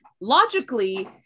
logically